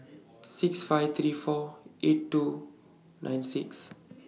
six five three four eight two nine six